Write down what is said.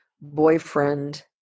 boyfriend